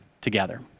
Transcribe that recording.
together